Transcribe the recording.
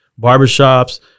Barbershops